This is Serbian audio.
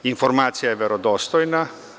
Informacija je verodostojna.